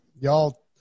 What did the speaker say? Y'all